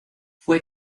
fue